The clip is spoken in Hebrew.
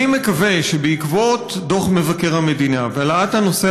אני מקווה שבעקבות דוח מבקר המדינה והעלאת הנושא